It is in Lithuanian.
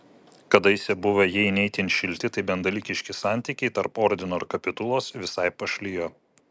kadaise buvę jei ne itin šilti tai bent dalykiški santykiai tarp ordino ir kapitulos visai pašlijo